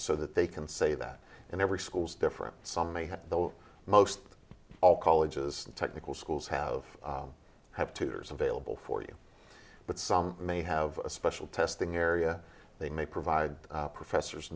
so that they can say that in every school is different some may have the most all colleges and technical schools have have tutors available for you but some may have a special testing area they may provide professors